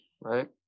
Right